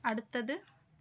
அடுத்தது